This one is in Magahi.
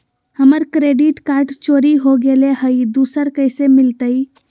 हमर क्रेडिट कार्ड चोरी हो गेलय हई, दुसर कैसे मिलतई?